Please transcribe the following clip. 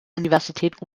universität